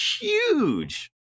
huge